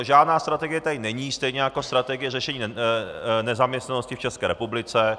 Žádná strategie tady není, stejně jako strategie řešení nezaměstnanosti v České republice.